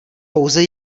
pouze